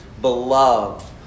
Beloved